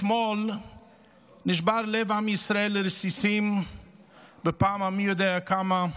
אתמול נשבר לב עם ישראל לרסיסים בפעם המי-יודע-כמה: